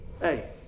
Hey